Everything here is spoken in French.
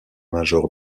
major